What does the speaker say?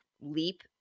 leap